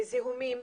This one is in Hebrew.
מזיהומים,